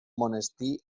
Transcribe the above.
monestir